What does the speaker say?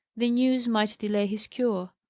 the news might delay his cure.